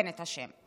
בנט אשם.